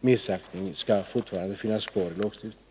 missaktning fortfarande skall finnas kvar i lagstiftningen.